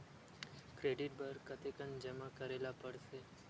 Credit बर कतेकन जमा करे ल पड़थे?